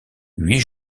huit